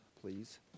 please